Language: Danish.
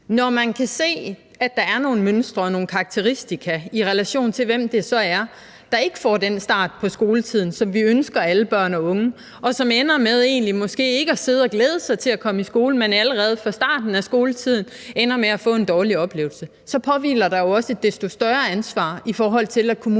Når man kan se, at der er nogle mønstre og nogle karakteristika, i relation til hvem det så er, der ikke får den start på skoletiden, som vi ønsker alle børn og unge, som måske ender med at sidde uden at glæde sig til at komme i skole, og som allerede fra starten af skoletiden ender med at få en dårlig oplevelse, påhviler der også et desto større ansvar for kommunerne